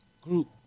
Group